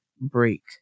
break